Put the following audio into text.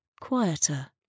quieter